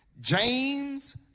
James